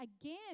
again